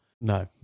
no